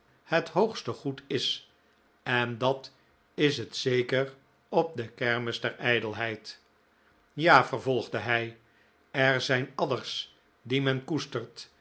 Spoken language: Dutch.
het hoogste goed is en dat is het zeker op de kermis der ijdelheid ja vervolgde hij er zijn adders die men koestert